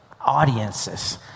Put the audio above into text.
audiences